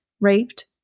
raped